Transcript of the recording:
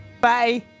Bye